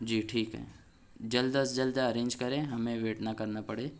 جی ٹھیک ہے جلد از جلد ارینج کریں ہمیں ویٹ نا کرنا پڑے